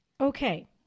Okay